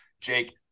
Jake